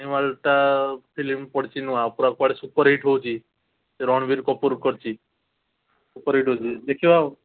ଆନିମଲ୍ଟା film ପଡ଼ିଚି ନୂଆ ପୂରା କୁଆଡ଼େ ସୁପର୍ହିଟ୍ ହେଉଛି ରଣବୀର କପୁର କରିଛି ସୁପରହିଟ୍ ହେଉଛି ଦେଖିବା ଆଉ